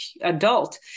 adult